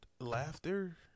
Laughter